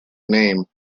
name